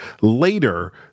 later